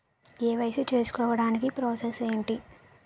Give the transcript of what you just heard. KYC చేసుకోవటానికి process ఏంటి?